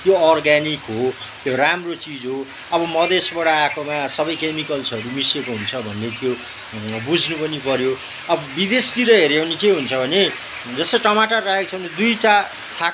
त्यो अर्ग्यानिक हो त्यो राम्रो चिज हो अब मधेसबाट आएकोमा सबै केमिकल्सहरू मिस्सिएको हुन्छ भन्ने त्यो बुझ्नु पनि पर्यो अब विदेशतिर हेर्यो भने के हुन्छ भने जस्तै टमाटर राखेको छ भने दुईवटा थाक